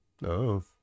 no